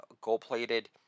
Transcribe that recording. gold-plated